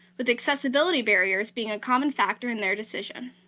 with accessibility barriers being a common factor in their decision.